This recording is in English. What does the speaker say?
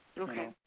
Okay